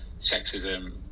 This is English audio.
sexism